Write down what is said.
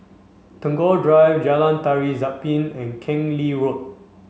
Tagore Drive Jalan Tari Zapin and Keng Lee Road